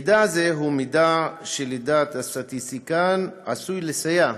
מידע זה הוא מידע שלדעת הסטטיסטיקן עשוי לסייע